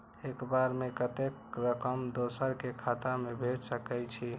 एक बार में कतेक रकम दोसर के खाता में भेज सकेछी?